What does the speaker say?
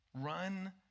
Run